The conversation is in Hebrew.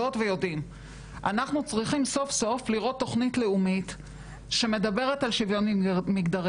אנחנו צריכות סוף סוף לראות תכנית לאומית שמדברת על שוויון מגדרי,